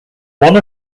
one